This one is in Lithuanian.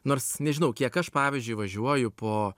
nors nežinau kiek aš pavyzdžiui važiuoju po